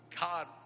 God